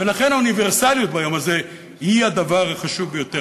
ולכן האוניברסליות ביום הזה היא הדבר החשוב ביותר.